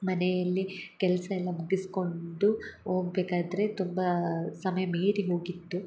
ಮನೆಯಲ್ಲಿ ಕೆಲಸ ಎಲ್ಲ ಮುಗಿಸ್ಕೊಂಡು ಹೋಗ್ಬೇಕಾದ್ರೆ ತುಂಬಾ ಸಮಯ ಮೀರಿ ಹೋಗಿತ್ತು